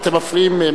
אתם מפריעים,